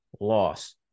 loss